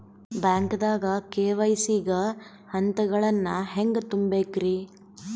ಬ್ಯಾಂಕ್ದಾಗ ಕೆ.ವೈ.ಸಿ ಗ ಹಂತಗಳನ್ನ ಹೆಂಗ್ ತುಂಬೇಕ್ರಿ?